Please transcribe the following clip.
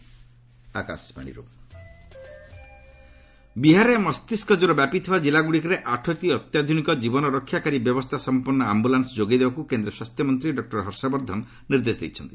centre Bihar ବିହାରରେ ମସ୍ତିଷ୍କ ଜ୍ୱର ବ୍ୟାପିଥିବା ଜିଲ୍ଲାଗୁଡ଼ିକରେ ଆଠଟି ଅତ୍ୟାଧୁନିକ ଜୀବନ ରକ୍ଷାକାରୀ ବ୍ୟବସ୍ଥା ସଂପନ୍ନ ଆମ୍ଭୁଲାନ୍ଦ ଯୋଗାଇ ଦେବାକୁ କେନ୍ଦ୍ର ସ୍ୱାସ୍ଥ୍ୟ ମନ୍ତ୍ରୀ ଡକ୍ଟର ହର୍ଷ ବର୍ଦ୍ଧନ ନିର୍ଦ୍ଦେଶ ଦେଇଛନ୍ତି